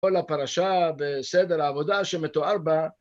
כל הפרשה בסדר העבודה שמתואר בה